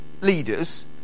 leaders